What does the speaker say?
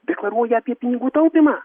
deklaruoja apie pinigų taupymą